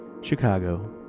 Chicago